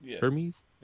Hermes